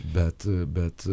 bet bet